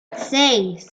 seis